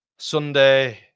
Sunday